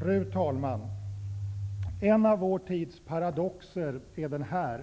Fru talman! En av vår tids paradoxer är den att